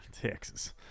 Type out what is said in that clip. Texas